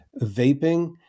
vaping